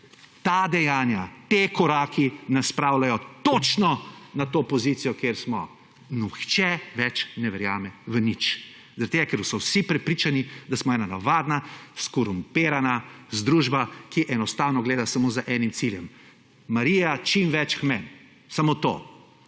Ta dejanja, ti koraki nas spravljajo točno na to pozicijo kjer smo. Nihče več ne verjame v nič, zaradi tega, ker so vsi prepričani, da smo ena navadna skorumpirana združba, ki enostavno gleda samo za enim ciljem: Marija čim več k meni! Samo to!